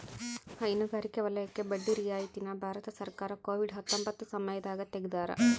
ಹೈನುಗಾರಿಕೆ ವಲಯಕ್ಕೆ ಬಡ್ಡಿ ರಿಯಾಯಿತಿ ನ ಭಾರತ ಸರ್ಕಾರ ಕೋವಿಡ್ ಹತ್ತೊಂಬತ್ತ ಸಮಯದಾಗ ತೆಗ್ದಾರ